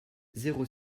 zéro